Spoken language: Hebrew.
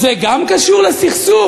זה גם קשור לסכסוך?